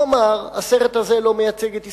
אמר: הסרט הזה לא מייצג את ישראל,